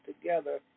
together